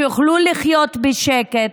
שיוכלו לחיות בשקט,